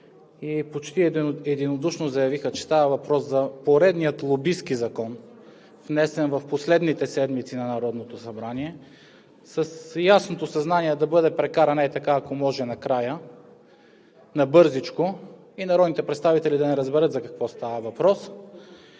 и почти единодушно заявиха, че става въпрос за поредния лобистки закон, внесен в последните седмици на Народното събрание с ясното съзнание да бъде прекаран ей така – ако може накрая, набързичко, и народните представители да не разберат за какво става въпрос.